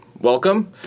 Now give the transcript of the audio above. Welcome